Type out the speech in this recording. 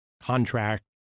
contract